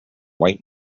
white